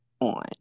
on